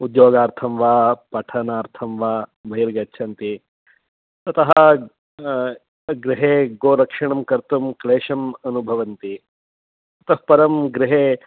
उद्योगार्थं वा पठनार्थं वा बहिर्गच्छन्ति अतः गृहे गोरक्षणं कर्तुं क्लेशम् अनुभवन्ति ततः परं गृहे